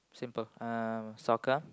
simple um soccer